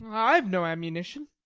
i've no ammunition.